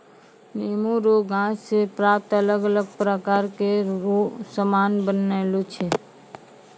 नेमो रो गाछ से प्राप्त अलग अलग प्रकार रो समान बनायलो छै